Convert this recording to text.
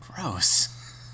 Gross